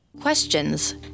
Questions